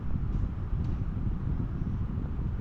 ফুলের গণ্ধে কীটপতঙ্গ গাছে আক্রমণ করে?